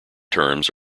terms